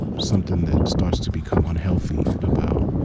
something that starts to become unhealthy about